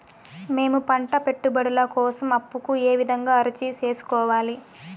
మేము పంట పెట్టుబడుల కోసం అప్పు కు ఏ విధంగా అర్జీ సేసుకోవాలి?